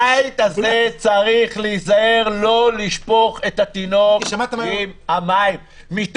הבית הזה צריך להיזהר לא לשפוך את התינוק עם המים.